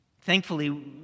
Thankfully